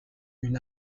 une